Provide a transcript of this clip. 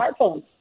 smartphones